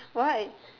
why